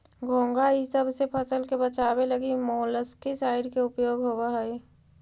घोंघा इसब से फसल के बचावे लगी मोलस्कीसाइड के उपयोग होवऽ हई